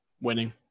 winning